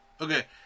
Okay